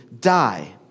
die